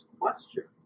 question